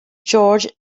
george